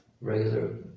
Regular